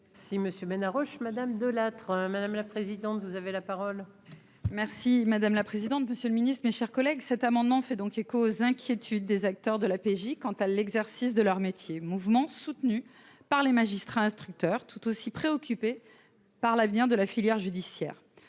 Monsieur Ménard Roche madame De Lattre, madame la présidente, vous avez la parole. Merci madame la présidente, monsieur le Ministre, mes chers collègues, cet amendement fait donc écho aux inquiétudes des acteurs de la PJ quant à l'exercice de leur métier, mouvement soutenu par les magistrats instructeurs tout aussi préoccupé par l'avenir de la filière judiciaire,